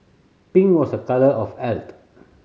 pink was a colour of health